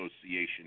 Association